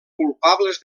culpables